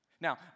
Now